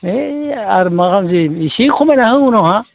ओइ आरो मालै इसे खमायना होबाव उनावहा